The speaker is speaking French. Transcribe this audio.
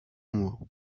mots